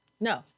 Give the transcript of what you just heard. no